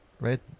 right